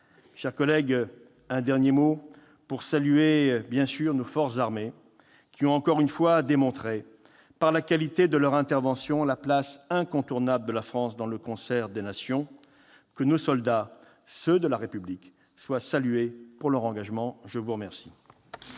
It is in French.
chers collègues, un dernier mot, enfin, pour saluer nos forces armées, qui ont encore une fois démontré, par la qualité de leur intervention, la place incontournable de la France dans le concert des nations. Que nos soldats, ceux de la République, soient salués pour leur engagement ! La parole